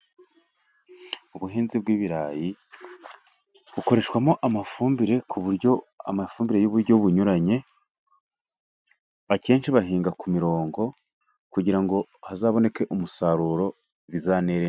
Ubuhinzi bw'ibirayi bukoreshwamo amafumbire ku buryo amafumbire y'uburyo bunyuranye, akenshi bahinga ku mirongo kugira ngo hazaboneke umusaruro, bizanere...